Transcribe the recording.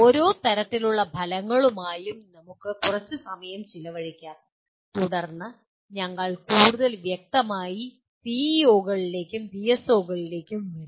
ഓരോ തരത്തിലുള്ള ഫലങ്ങളുമായും നമുക്ക് കുറച്ച് സമയം ചിലവഴിക്കാം തുടർന്ന് ഞങ്ങൾ കൂടുതൽ വ്യക്തമായി പിഇഒകളിലേക്കും പിഎസ്ഒകളിലേക്കും വരും